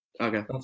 Okay